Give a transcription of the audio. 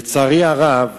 לצערי הרב,